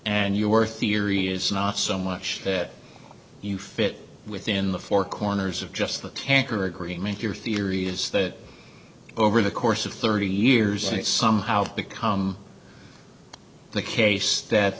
and your theory is not so much that you fit within the four corners of just the tanker agreement your theory is that over the course of thirty years it's somehow become the case that